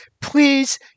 Please